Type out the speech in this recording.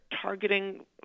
targeting